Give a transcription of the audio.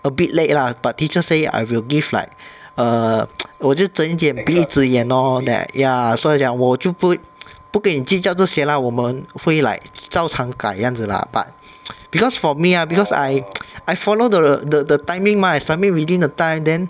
a bit late lah but teacher say I will give like err 我就睁一只眼闭一只眼 lor like ya 所以讲我就不不跟你计较这些 lah 我们会 like 照常改这样子 lah but because for me lah because I I follow the the the the timing mah I submit within the time then